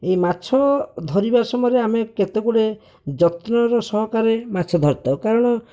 ଏଇ ମାଛ ଧରିବା ସମୟରେ ଆମେ କେତେ ଗୁଡ଼ିଏ ଯତ୍ନର ସହକାରେ ମାଛ ଧରିଥାଉ କାରଣ